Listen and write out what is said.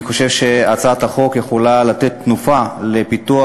אני חושב שהצעת החוק יכולה לתת תנופה לפיתוח